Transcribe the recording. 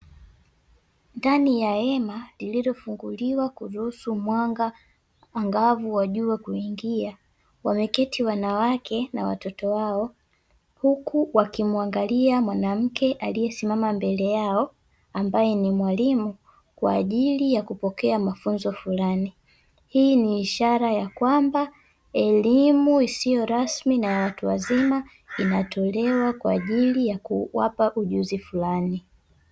Ndani ya hema lililofunguliwa kuruhusu mwanga angavu wa jua kuingia wameketi wanawake na watoto wao, huku wakimuangalia mwanamke aliyesimama mbele yao ambaye ni mwalimu kwa ajili ya kupokea mafunzo fulani, hii ni ishara ya kwamba elimu isiyo rasmi na ya watu wazima inatolewa kwa ajili ya kuwapa ujuzi fulani.